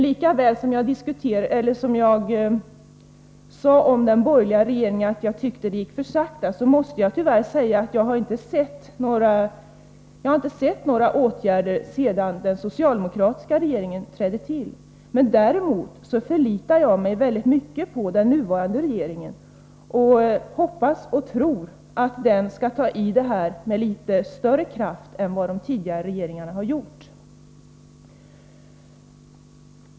Likaväl som jag sade till den borgerliga regeringen att jag tyckte att det gick för sakta, måste jag tyvärr säga att jag inte har sett några åtgärder på området sedan den socialdemokratiska regeringen tillträdde. Däremot förlitar jag mig på den nuvarande regeringen. Jag hoppas och tror att den skall ta i med litet större kraft än vad de widigare regeringarna har gjort.